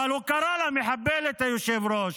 אבל הוא קרא לה "מחבלת", היושב-ראש.